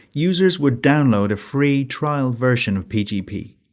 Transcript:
users would download a free, trial version of pgp,